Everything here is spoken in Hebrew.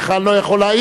לך אני לא יכול להעיר,